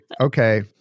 Okay